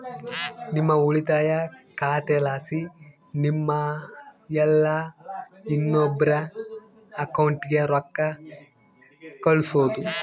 ನಿಮ್ಮ ಉಳಿತಾಯ ಖಾತೆಲಾಸಿ ನಿಮ್ಮ ಇಲ್ಲಾ ಇನ್ನೊಬ್ರ ಅಕೌಂಟ್ಗೆ ರೊಕ್ಕ ಕಳ್ಸೋದು